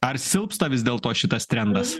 ar silpsta vis dėl to šitas trendas